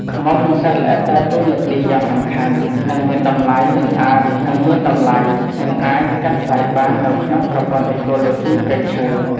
ឃ្មុំ និងសត្វល្អិតដើរតួនាទីយ៉ាងសំខាន់ និងមានតម្លៃមិនអាចកាត់ថ្លៃបាននៅក្នុងប្រព័ន្ធអេកូឡូស៊ីព្រៃឈើ។